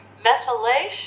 Methylation